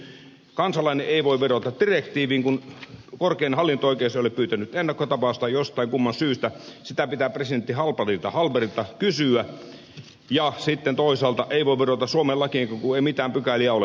kansalainen ei voi vedota direktiiviin kun korkein hallinto oikeus ei ole pyytänyt ennakkotapausta jostain kumman syystä sitä pitää presidentti hallbergiltä kysyä ja sitten toisaalta ei voi vedota suomen lakiinkaan kun ei mitään pykäliä ole